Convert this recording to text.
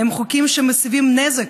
הם חוקים שמסבים נזק,